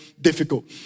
difficult